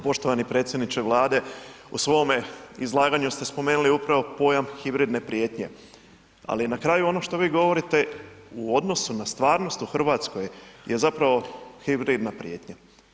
Poštovani predsjedniče Vlade u svome izlaganju ste spomenuli upravo pojam hibridne prijetnje, ali na kraju ono što vi govorite u odnosu na stvarnost u Hrvatskoj je zapravo hibridna prijetnja.